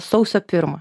sausio pirmą